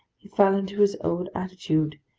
he fell into his old attitude,